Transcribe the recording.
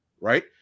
Right